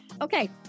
Okay